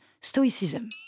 Stoicism